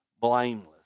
blameless